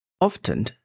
Often